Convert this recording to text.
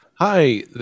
Hi